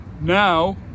Now